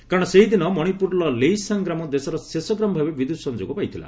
କାରଣ ସେହି ଦିନ ମଶିପୁରର ଲେଇସାଙ୍ଗ୍ ଗ୍ରାମ ଦେଶର ଶେଷ ଗ୍ରାମ ଭାବେ ବିଦ୍ୟୁତ୍ ସଂଯୋଗ ପାଇଥିଲା